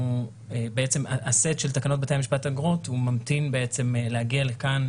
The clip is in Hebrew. הסט של תקנות בתי המשפט (אגרות) ממתין להגיע לכאן,